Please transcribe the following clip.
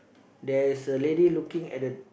there's a lady looking at the